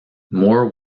more